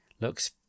looks